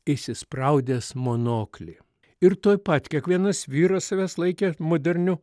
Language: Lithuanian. įsispraudęs monoklį ir tuoj pat kiekvienas vyras savęs laikė moderniu